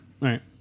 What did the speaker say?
right